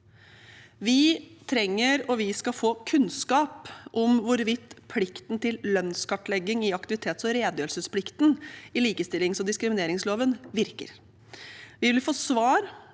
Vi trenger og skal få kunnskap om hvorvidt plikten til lønnskartlegging i aktivitets- og redegjørelsesplikten i likestillings- og diskrimineringsloven virker. Vi vil få svar